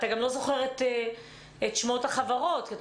אתה גם לא זוכר את שמות החברות כי אתה